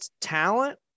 talent